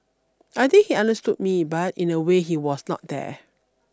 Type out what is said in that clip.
I think he understood me but in a way he was not there